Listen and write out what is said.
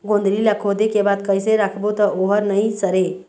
गोंदली ला खोदे के बाद कइसे राखबो त ओहर नई सरे?